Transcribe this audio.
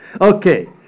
Okay